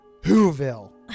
Whoville